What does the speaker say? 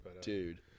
Dude